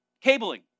cabling